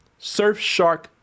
Surfshark